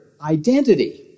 identity